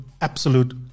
absolute